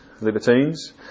libertines